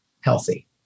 healthy